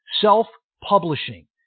self-publishing